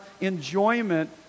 enjoyment